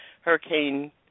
Hurricane